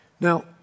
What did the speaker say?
Now